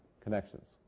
connections